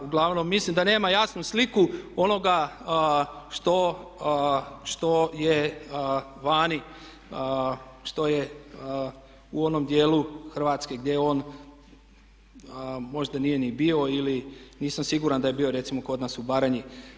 Uglavnom mislim da nema jasnu sliku onoga što je vani, što je u onom dijelu Hrvatske gdje on možda nije ni bio ili nisam siguran da je bio recimo kod nas u Baranji.